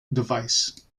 device